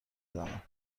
زنم